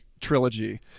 trilogy